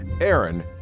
Aaron